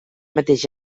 mateix